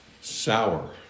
Sour